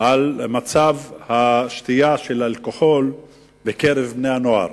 על מצב שתיית האלכוהול בקרב בני הנוער.